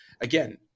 again